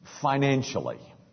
financially